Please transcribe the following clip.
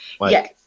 Yes